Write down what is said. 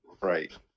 Right